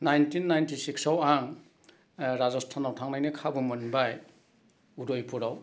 nineteen ninety सिक्सआव आं राजस्थानाव थांनायनि खाबु मोनबाय उदयपुराव